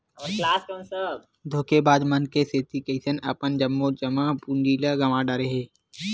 धोखेबाज मन के सेती कइझन अपन जम्मो जमा पूंजी ल गंवा डारे हे